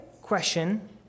question